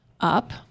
up